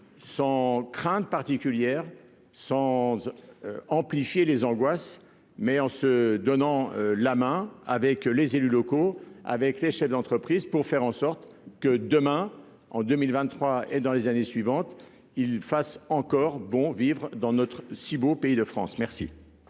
Sans crainte particulière sans. Amplifier les angoisses mais en se donnant la main avec les élus locaux avec les chefs d'entreprise pour faire en sorte que demain en 2023 et dans les années suivantes il fasse encore bon vivre dans notre si beau pays de France. Merci.